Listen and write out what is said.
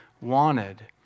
wanted